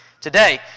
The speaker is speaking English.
today